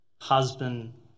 Husband